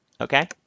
Okay